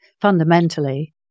Fundamentally